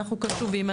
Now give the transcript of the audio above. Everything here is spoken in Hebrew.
אנחנו קשובים,